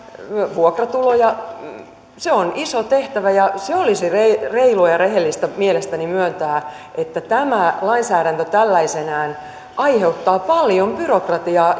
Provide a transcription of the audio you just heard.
vuokratuloja se on iso tehtävä ja olisi reilua reilua ja rehellistä mielestäni myöntää että tämä lainsäädäntö tällaisenaan aiheuttaa paljon byrokratiaa